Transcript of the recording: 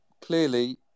clearly